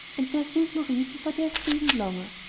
and there seemed no reason for their staying longer.